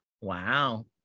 Wow